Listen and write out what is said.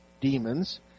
demons